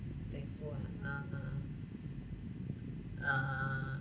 thankful ah (uh huh) (uh huh)